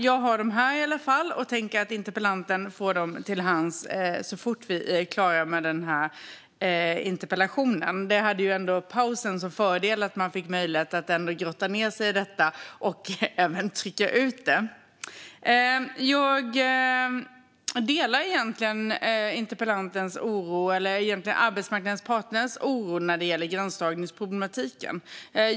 Jag har den i alla fall här, och interpellanten får den i handen så fort vi är klara med interpellationsdebatten. En fördel med pausen var att jag fick möjlighet att grotta ned mig i detta och att skriva ut den. Jag delar egentligen interpellantens eller arbetsmarknadens parters oro när det gäller gränsdragningsproblematiken.